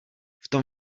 vtom